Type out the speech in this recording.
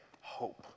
hope